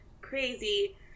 crazy